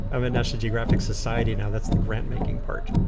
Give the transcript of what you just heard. i'm in national geographic society now. that's the grant-making part,